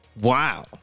wow